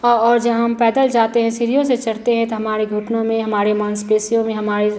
हाँ और जो हम पैदल जाते हैं सीढ़ियों से चढ़ते हैं तो हमारे घुटनों में हमारी मांसपेशियों में हमारे